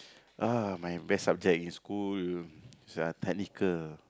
ah my best subject in school is uh technical